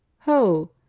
Ho